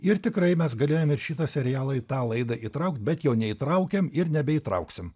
ir tikrai mes galėjom ir šitą serialą į tą laidą įtraukt bet jo neįtraukėm ir nebeįtrauksim